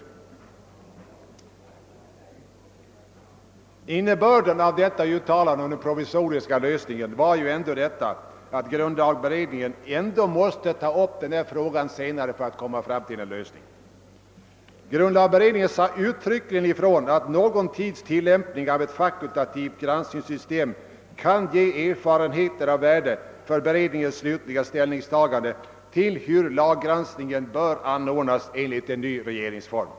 Innebörden av detta uttalande om den provisoriska lösningen var att grundlagberedningen dock måste ta upp denna fråga senare för att komma till ett resultat. Grundlagberedningen sade uttryckligen ifrån att >någon tids tillämpning av ett fakultativt granskningssystem kan ge erfarenheter av värde för beredningens slutliga ställningstagande till hur laggranskningen bör anordnas enligt en ny RF>.